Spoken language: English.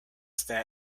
there